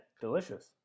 delicious